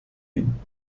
ihnen